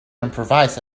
improvise